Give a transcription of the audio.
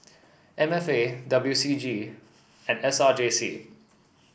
M F A W C G and S R J C